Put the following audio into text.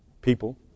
people